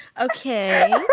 Okay